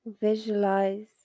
Visualize